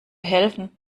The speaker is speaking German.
helfen